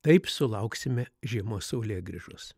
taip sulauksime žiemos saulėgrįžos